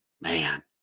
Man